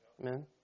Amen